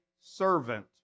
servant